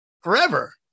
forever